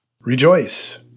Rejoice